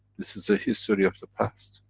this is a history of the past.